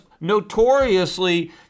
notoriously